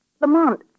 Lamont